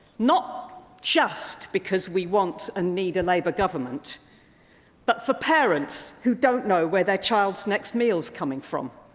not just because we want and need a labour government but for parents who don't know where their child's next meal is coming from,